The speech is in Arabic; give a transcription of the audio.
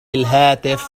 الهاتف